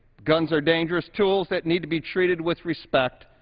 guns are dangerous tools that need to be treated with respect.